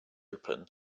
open